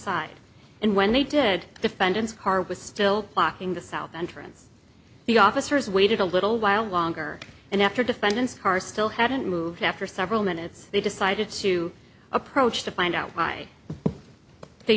side and when they did defendants car was still blocking the south entrance the officers waited a little while longer and after defendants are still hadn't moved after several minutes they decided to approach to find out why they